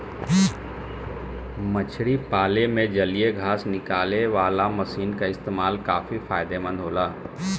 मछरी पाले में जलीय घास निकालेवाला मशीन क इस्तेमाल काफी फायदेमंद होला